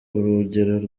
urugero